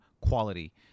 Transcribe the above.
quality